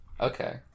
Okay